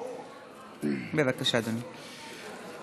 בבקשה, אדוני.